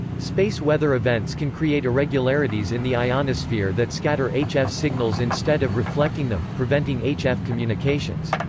space weather events can create irregularities in the ionosphere that scatter hf signals instead of reflecting them, preventing hf communications.